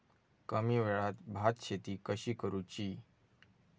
कमी वेळात भात शेती कशी करुची?